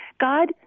God